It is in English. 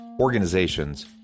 organizations